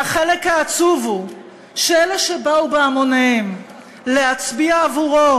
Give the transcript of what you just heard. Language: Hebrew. והחלק העצוב הוא שאלה שבאו בהמוניהם להצביע עבורו,